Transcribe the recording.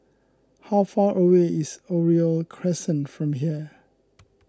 how far away is Oriole Crescent from here